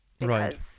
right